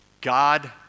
God